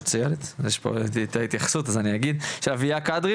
אביה קדרי,